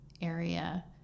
area